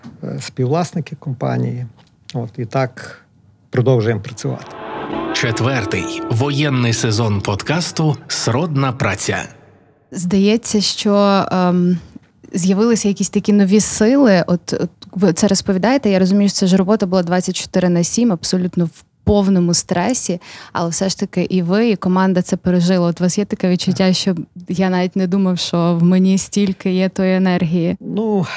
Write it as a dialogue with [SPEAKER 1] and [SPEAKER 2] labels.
[SPEAKER 1] є співвласники компанії. От, і так продовжуємо працювати.
[SPEAKER 2] Четвертий воєнний сезон подкасту «Сродна праця».
[SPEAKER 3] Здається, що, ем, з'явилися якісь такі нові сили. От, от ви це розповідаєте. Я розумію, що це ж робота була 24/7, абсолютно в повному стресі. Але все ж таки і ви, і команда це пережила. От у вас є таке відчуття,
[SPEAKER 1] Так.
[SPEAKER 3] що я навіть не думав, що в мені стільки є тої енергії?
[SPEAKER 1] Ну,